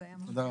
כן, תודה רבה.